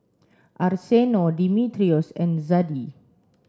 Arsenio Dimitrios and Zadie